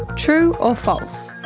true or false?